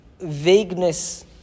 vagueness